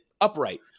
upright